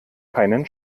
keinen